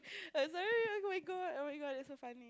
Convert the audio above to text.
err oh-my-God oh-my-God that's so funny